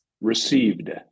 received